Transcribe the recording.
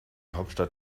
hauptstadt